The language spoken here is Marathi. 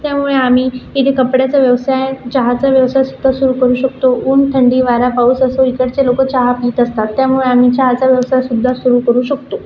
त्यामुळे आम्ही इथे कपड्याचा व्यवसाय चहाचा व्यवसायसुद्धा सुरू करू शकतो ऊन थंडी वारा पाऊस असो इकडचे लोकं चहा पीत असतात त्यामुळे आम्ही चहाचा व्यवसायसुद्धा सुरू करू शकतो